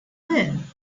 lin